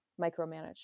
micromanage